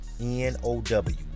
N-O-W